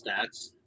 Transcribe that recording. stats